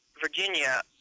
Virginia